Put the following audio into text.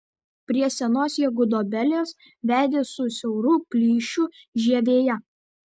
prie senos jie gudobelės vedė su siauru plyšiu žievėje